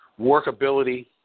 workability